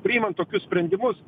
priimant tokius sprendimus